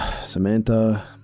Samantha